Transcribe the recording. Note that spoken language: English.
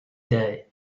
day